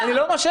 אני לא מושך.